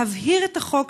להבהיר את החוק,